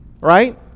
right